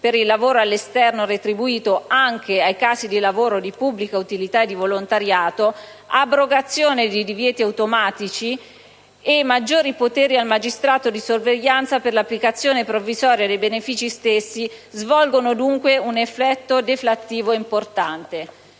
per il lavoro all'esterno retribuito anche ai casi di lavoro di pubblica utilità e di volontariato; l'abrogazione dei divieti automatici; i maggiori poteri al magistrato di sorveglianza per l'applicazione provvisoria dei benefici stessi. Dovranno essere liberati 20.000 posti per